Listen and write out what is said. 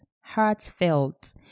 heartfelt